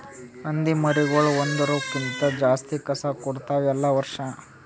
ಹಂದಿ ಮರಿಗೊಳ್ ಒಂದುರ್ ಕ್ಕಿಂತ ಜಾಸ್ತಿ ಕಸ ಕೊಡ್ತಾವ್ ಎಲ್ಲಾ ವರ್ಷ